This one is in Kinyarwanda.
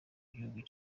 gihugu